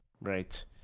right